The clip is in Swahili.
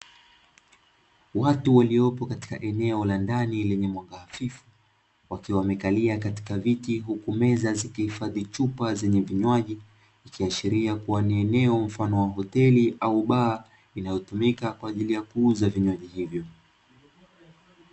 Watu waliopo katika eneo la ndani lenye mwanga hafifu, wakiwa wamekalia katika viti huku meza zikihifadhi chupa zenye vinywaji, ikiashiria kubwa ni eneo mfano wa hoteli au baa inayotumika kwa ajili ya kuuza vinywaji hivyo.